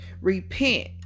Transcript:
repent